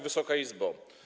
Wysoka Izbo!